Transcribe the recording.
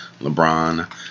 lebron